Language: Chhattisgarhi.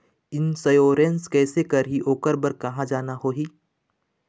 इंश्योरेंस कैसे करही, ओकर बर कहा जाना होही?